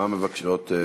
אני מרגיש בדיוק כמוכם,